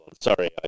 Sorry